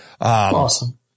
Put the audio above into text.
Awesome